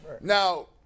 now